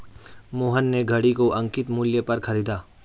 मोहन ने घड़ी को अंकित मूल्य पर खरीदा